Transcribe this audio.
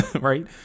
right